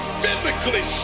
physically